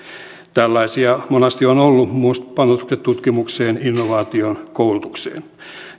tällaisia monasti ovat olleet muun muassa panostukset tutkimukseen innovaatioon koulutukseen